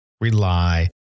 rely